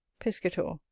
piscator.